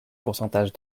pourcentage